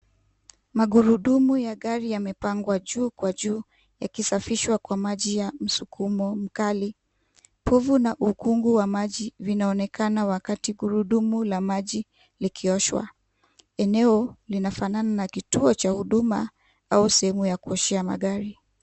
Magurudumu ya gari yamepangwa juu kwa juu yakisafishwa kwa maji ya msukumo mkali. Povu na ukungu wa maji vinaonekana wakati gurudumu la maji likioshwa. Eneo linafanana na kituo cha huduma au sehemu ya kuoshea magari.